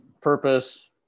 purpose